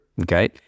Okay